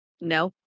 No